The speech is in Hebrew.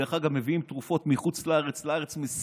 דרך אגב, מביאים תרופות מחוץ לארץ, מסיעים